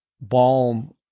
balm